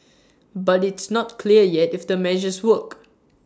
but it's not clear yet if the measures work